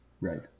Right